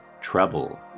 treble